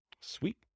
Sweet